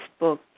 Facebook